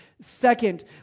Second